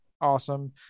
Awesome